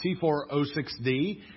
C406D